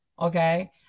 Okay